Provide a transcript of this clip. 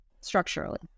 structurally